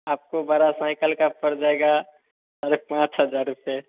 आपको बड़ा साइकिल का पड़ जाएगा साढ़े पाँच हजार रुपए